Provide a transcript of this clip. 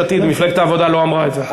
מפלגת העבודה לא אמרה את זה.